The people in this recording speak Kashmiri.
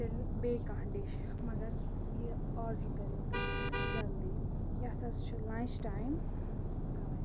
تیٚلہِ بیٚیہِ کانٛہہ ڈِش مگر یہِ آرڈَر کٔرِو تُہۍ جلدی یَتھ حظ چھُ لَنٛچ ٹایم تَوے